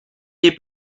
des